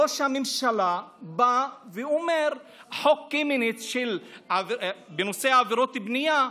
ראש הממשלה בא, חוק קמיניץ בנושא עבירות בנייה,